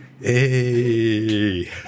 hey